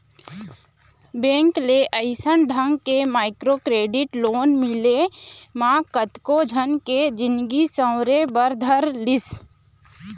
bank ले अइसन ढंग के माइक्रो क्रेडिट लोन मिले म कतको झन के जिनगी सँवरे बर धर लिस